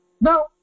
No